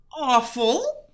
awful